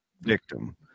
victim